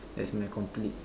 that's my complete